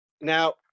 Now